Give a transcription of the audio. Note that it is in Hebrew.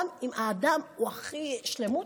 גם אם האדם הוא הכי שלמות,